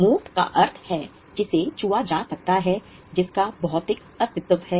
मूर्त का अर्थ है जिसे छुआ जा सकता है जिसका भौतिक अस्तित्व है